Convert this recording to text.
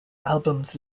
albums